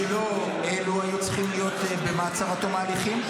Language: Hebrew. שלא היו צריכים להיות במעצר עד תום ההליכים,